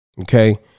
Okay